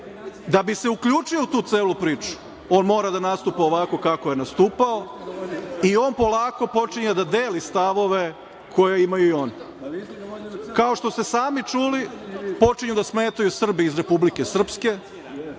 Da bi se uključio u tu celu priču, on mora da nastupa ovako kako je nastupao i on polako počinje da deli stavove koje imaju i oni. Kao što ste sami čuli, počinju da smetaju Srbi iz Republike Srpske,